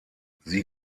sie